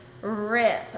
rip